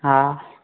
हा